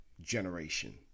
generation